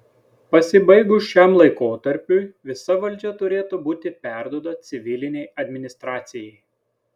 pasibaigus šiam laikotarpiui visa valdžia turėtų būti perduota civilinei administracijai